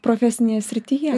profesinėje srityje